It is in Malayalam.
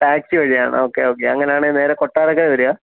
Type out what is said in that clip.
ടാക്സി വഴിയാണോ ഓക്കേ ഓക്കേ അങ്ങനെ ആണേൽ നേരെ കൊട്ടാരക്കര വരിക